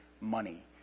money